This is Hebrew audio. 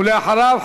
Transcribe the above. ואחריו,